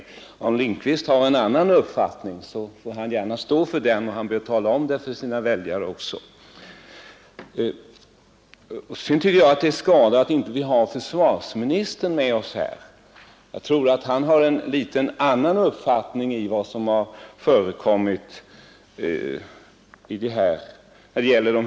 Om herr Lindkvist har en annan uppfattning, får han gärna stå för den, och han bör också tala om det för sina väljare. Jag tycker vidare att det är skada att försvarsministern inte är närvarande vid detta tillfälle. Jag tror att han har en något annan uppfattning om vad som förekommit i dessa sammanhang.